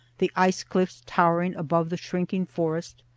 the ice-cliffs towering above the shrinking forest,